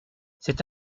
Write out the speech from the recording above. c’est